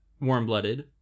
warm-blooded